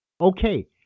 Okay